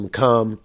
come